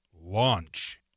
launch